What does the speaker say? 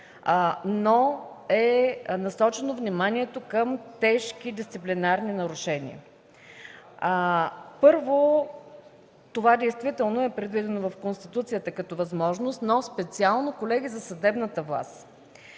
е насочено към тежки дисциплинарни нарушения. Първо, това действително е предвидено в Конституцията като възможност, но, колеги, специално за съдебната власт.